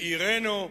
לעירנו.